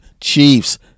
Chiefs